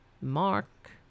Mark